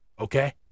Okay